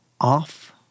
off